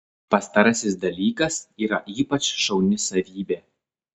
pastarasis dalykas yra ypač šauni savybė